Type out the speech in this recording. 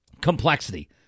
complexity